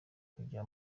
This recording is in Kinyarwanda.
kujya